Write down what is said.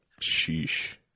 sheesh